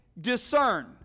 discern